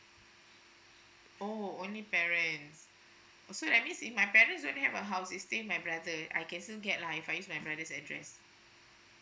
oh only parents oh so let me see my parents don't have a house they stay with my brother I can still get lah if I use my brother's address